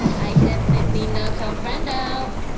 i definitely no comprendo